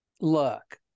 look